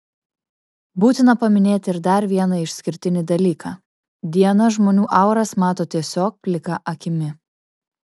būtina paminėti ir dar vieną išskirtinį dalyką diana žmonių auras mato tiesiog plika akimi